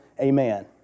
amen